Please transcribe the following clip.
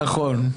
נכון.